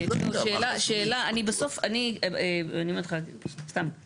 אני לא יודע, מה, חסוי?